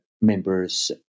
members